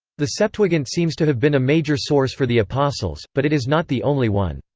the septuagint seems to have been a major source for the apostles, but it is not the only one.